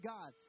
God